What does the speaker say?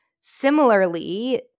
similarly